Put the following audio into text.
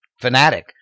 fanatic